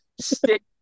Stick